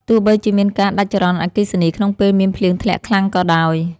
ទោះបីជាមានការដាច់ចរន្តអគ្គិសនីក្នុងពេលមានភ្លៀងធ្លាក់ខ្លាំងក៏ដោយ។